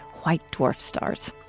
white dwarf stars.